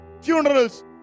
funerals